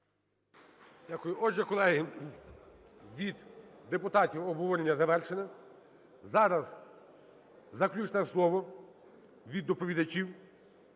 Дякую. Отже, колеги, від депутатів обговорення завершено. Зараз заключне слово від доповідачів,